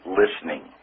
listening